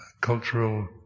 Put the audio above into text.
cultural